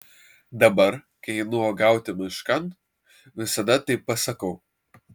dabar kai einu uogauti miškan visada taip pasakau